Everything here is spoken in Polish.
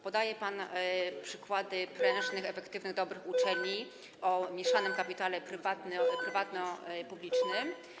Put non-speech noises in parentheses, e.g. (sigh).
Podaje pan przykłady prężnych, (noise) efektywnych, dobrych uczelni o mieszanym kapitale prywatno-publicznym.